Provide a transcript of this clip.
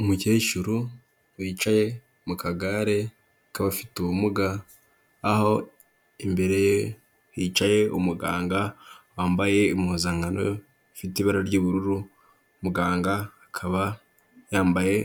Umukecuru wicaye mu kagare k'abafite ubumuga, aho imbere ye hicaye umuganga wambaye impuzankano ifite ibara ry'ubururu, muganga akaba yambaye